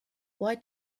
why